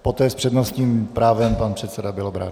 Poté s přednostním právem pan předseda Bělobrádek.